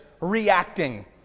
reacting